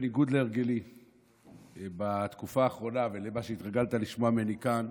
בניגוד להרגלי בתקופה האחרונה ולמה שהתרגלת לשמוע ממני כאן,